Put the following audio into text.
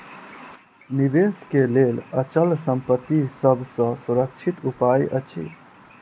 निवेश के लेल अचल संपत्ति सभ सॅ सुरक्षित उपाय अछि